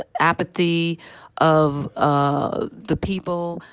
apathy of ah the people,